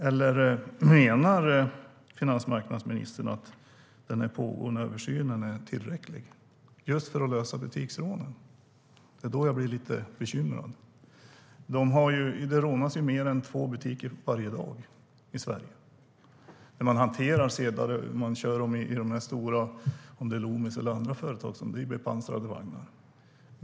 Eller menar finansmarknadsministern att den pågående översynen är tillräcklig för att lösa problemet med butiksrånen? I så fall blir jag lite bekymrad. Det rånas mer än två butiker varje dag i Sverige. Sedlarna körs av Loomis och andra företag i bepansrade bilar.